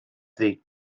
ddi